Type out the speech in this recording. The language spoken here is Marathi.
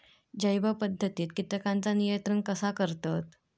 जैव पध्दतीत किटकांचा नियंत्रण कसा करतत?